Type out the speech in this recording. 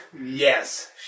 Yes